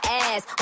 ass